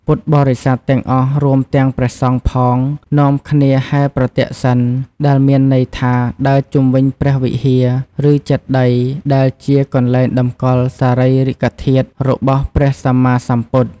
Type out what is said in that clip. ពុទ្ធបរិស័ទទាំងអស់ រួមទាំងព្រះសង្ឃផង នាំគ្នាហែរប្រទក្សិណ ដែលមានន័យថា ដើរជុំវិញព្រះវិហារ ឬចេតិយ ដែលជា កន្លែងតម្កល់សារីរិកធាតុរបស់ព្រះសម្មាសម្ពុទ្ធ។